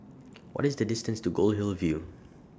What IS The distance to Goldhill View